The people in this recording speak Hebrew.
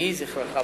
יהי זכרך ברוך.